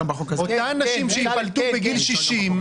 אותן נשים שייפלטו בגיל 60,